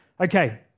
Okay